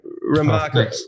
remarkable